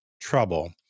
trouble